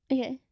Okay